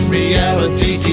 reality